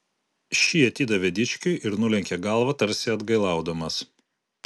šį atidavė dičkiui ir nulenkė galvą tarsi atgailaudamas